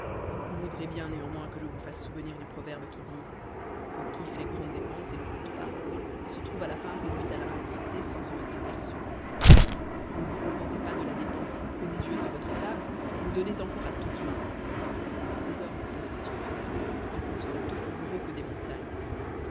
yu voudrez bien néanmoins que je vous fasse souvenir du proverbe qui dit que qui fait grande dépense et ne compte pas se trouve à la fin réduite il la mendicité sans s'en être aperçu vous ne vous contentez pas de dépense si prodigieuse de votre table vous donnez encore à toute n itt vos trésors ne peuvent y suffire quand ils seraient aussi gros que de montagnes